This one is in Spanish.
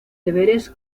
deberes